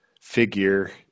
figure